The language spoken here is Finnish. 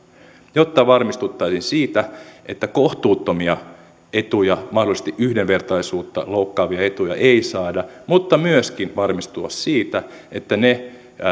jotta varmistuttaisiin siitä että kohtuuttomia etuja mahdollisesti yhdenvertaisuutta loukkaavia etuja ei saada mutta myöskin siitä että